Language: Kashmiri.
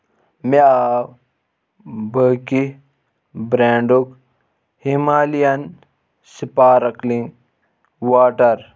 مےٚ آو بٲکہِ برینڈُک ہِمالین سپارکلِنٛگ واٹر